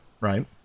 right